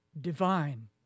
divine